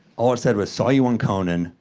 all it said was, saw you on conan.